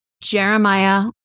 Jeremiah